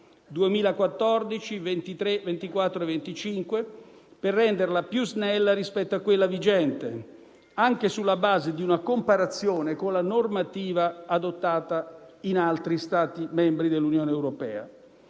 2014/24 e 2014/25, per renderla più snella rispetto a quella vigente, anche sulla base di una comparazione con la normativa adottata in altri Stati membri dell'Unione europea.